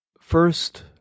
first